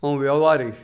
अऊं वहिंवारी